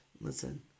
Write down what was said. Listen